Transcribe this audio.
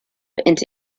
into